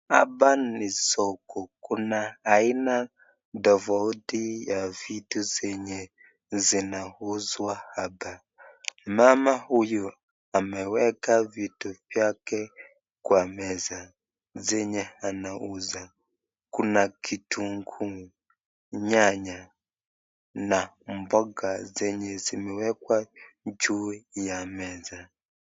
Hapa ni soko kuna aina tofauti za vitu zenye zinauzwa hapa. Mama huyu ameweka vitu vyake kwa meza zenye anauza. Kuna kitunguu, nyanya na mboga zenye zimewekwa juu ya meza.